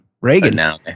Reagan